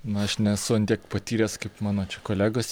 na aš nesu ant tiek patyręs kaip mano čia kolegos